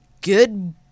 good